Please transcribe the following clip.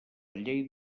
llei